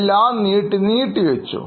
എല്ലാം നീട്ടി നീട്ടി വെച്ചു